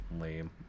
lame